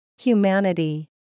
Humanity